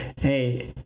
Hey